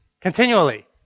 continually